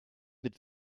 mit